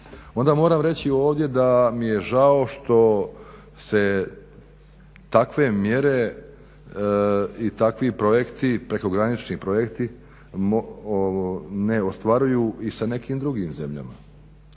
onda moram reći ovdje da mi je žao što se takve mjere i takvi projekti, prekogranični projekti ne ostvaruju i sa nekim drugim zemljama.